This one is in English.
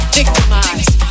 victimized